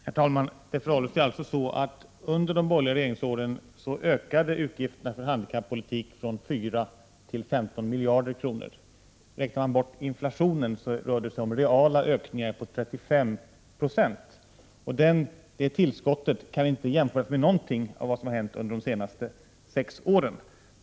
Herr talman! Det förhåller sig på följande sätt. Under de borgerliga regeringsåren ökade utgifterna för handikappolitiken från 4 till 15 miljarder kronor. Om man räknar bort inflationen rör det sig om en real ökning på 35 0. Detta tillskott kan inte jämföras med något av det som har hänt under de senaste sex åren.